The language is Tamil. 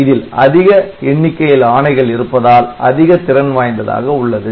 இதில் அதிக எண்ணிக்கையில் ஆணைகள் இருப்பதால் அதிக திறன் வாய்ந்ததாக உள்ளது